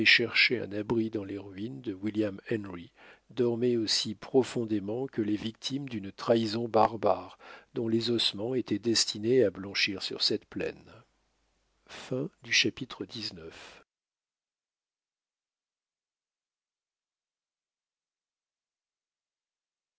cherché un abri dans les ruines de williamhenry dormaient aussi profondément que les victimes d'une trahison barbare dont les ossements étaient destinés à blanchir sur cette plaine